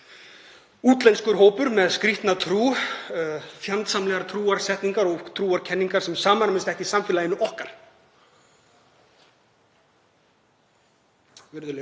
útlenskur hópur með skrýtna trú, fjandsamlegar trúarsetningar og trúarkenningar sem samræmast ekki samfélaginu okkar,